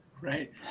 Right